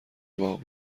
واق